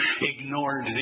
ignored